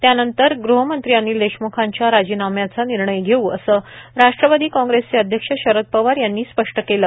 त्यानंतर गृहमंत्री अनिल देशम्खांच्या राजीनाम्याचा निर्णय घेऊ असे राष्ट्रवादी काँग्रेसचे अध्यक्ष शरद पवार यांनी स्पष्ट केले